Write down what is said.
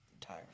tired